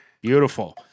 Beautiful